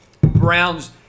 Browns